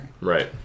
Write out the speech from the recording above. Right